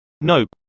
Nope